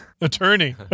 Attorney